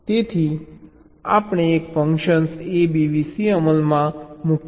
તેથી આપણે એક ફંકશન abvc અમલમાં મૂકીએ છીએ